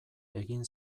egin